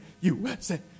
USA